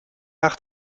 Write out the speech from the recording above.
art